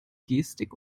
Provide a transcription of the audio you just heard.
gestik